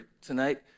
tonight